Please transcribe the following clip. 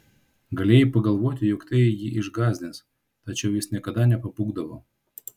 galėjai pagalvoti jog tai jį išgąsdins tačiau jis niekada nepabūgdavo